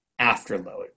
Afterload